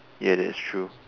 ya that's true